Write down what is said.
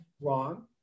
wrong